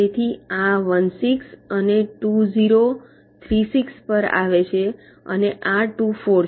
તેથી આ 16 અને 20 36 પર આવે છે અને આ 24 છે